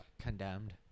condemned